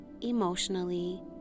emotionally